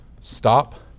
stop